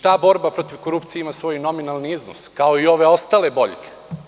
Ta borba protiv korupcije ima svoj nominalni iznos, kao i ove ostale boljke.